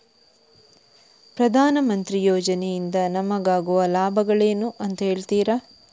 ಪ್ರಧಾನಮಂತ್ರಿ ಯೋಜನೆ ಇಂದ ನಮಗಾಗುವ ಲಾಭಗಳೇನು ಅಂತ ಹೇಳ್ತೀರಾ?